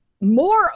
more